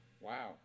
Wow